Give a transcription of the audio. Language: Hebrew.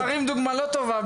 אתם נותנים דוגמה לא טובה,